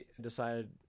decided